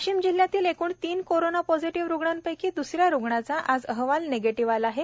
वाशिम जिल्ह्यातील एकूण तीन कोरोना पॉसिटीव्ह रुग्णा पैकी द्सऱ्या रुग्णाचा आजचा अहवाल निगेटिव्ह आला आहे